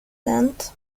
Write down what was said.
end